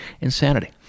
Insanity